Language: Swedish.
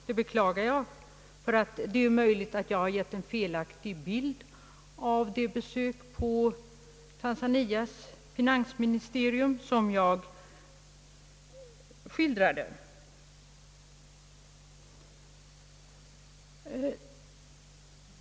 Det är nämligen möjligt att jag gett en felaktig bild av det besök Sidas chef gjorde på Tanzanias finansministerium som jag skildrade.